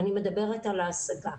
אני מדברת על ההשגה.